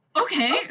Okay